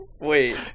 Wait